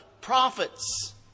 prophets